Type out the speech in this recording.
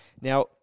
Now